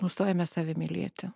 nustojame save mylėti